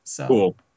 Cool